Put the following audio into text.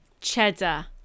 Cheddar